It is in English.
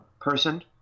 person